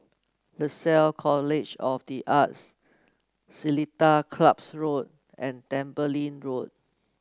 Lasalle College of the Arts Seletar Club's Road and Tembeling Road